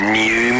new